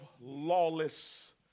lawless